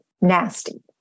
nasty